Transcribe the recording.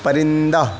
پرندہ